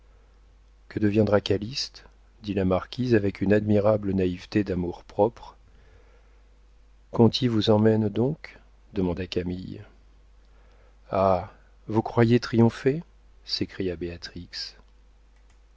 que deviendra calyste dit la marquise avec une admirable naïveté d'amour-propre conti vous emmène donc demanda camille ah vous croyez triompher s'écria